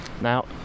now